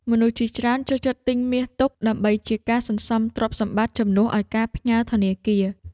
មនុស្សជាច្រើនចូលចិត្តទិញមាសទុក ដើម្បីជាការសន្សំទ្រព្យសម្បត្តិជំនួសឱ្យការផ្ញើធនាគារ។